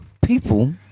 people